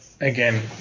again